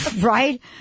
right